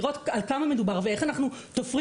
לראות על כמה מדובר ואיך אנחנו תופרים